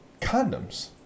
condoms